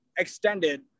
extended